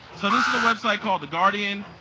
so this is a website called the guardian,